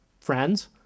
friends